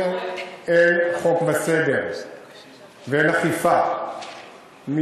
אם אין חוק וסדר ואין אכיפה,